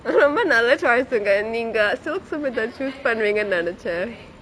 ரொம்ப நல்ல:rombe nalle choice சுங்க நீங்க:sungge nengge silk simitha choose பண்ணுவிங்கேனு நெனச்சேன்:pannuvinggenu nenaichen